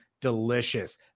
Delicious